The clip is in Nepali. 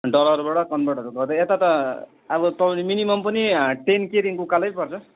डलरबाट कन्भर्टहरू गर्दा यता त अब पाउने मिनिमम पनि टेन केदेखिको उकालै पर्छ